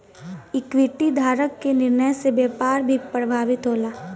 equity धारक के निर्णय से व्यापार भी प्रभावित होला